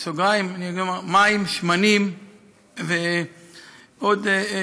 להגנת הסביבה ועל-פי נהלים אשר קובעים את אופן